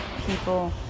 people